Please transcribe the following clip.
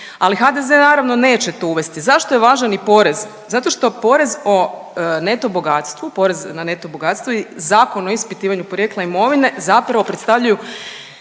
ali HDZ naravno neće to uvesti. Zašto je važan i porez? Zato što porez o neto bogatstvu, porez na neto bogatstvo i Zakon o ispitivanju porijekla imovine zapravo predstavljaju